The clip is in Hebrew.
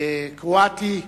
היום יום